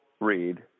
Read